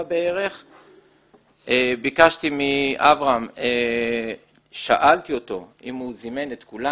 17:15. שאלתי את אברהם אם הוא זימן את כולם.